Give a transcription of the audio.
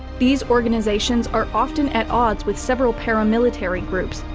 these organizations are often at odds with several paramilitary groups,